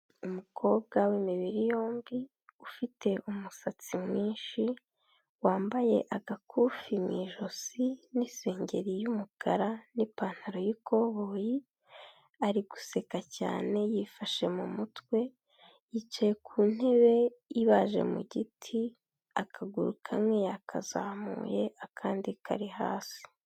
Umukobwa w'imibiri yombi ufite umusatsi mwinshi, wambaye agakufi mu ijosi n'isengeri y'umukara n'ipantaro y'ikoboyi, ari guseka cyane yifashe mu mutwe, yicaye ku ntebe ibaje mu giti akaguru kamwe yakazamuye akandi kari hasi.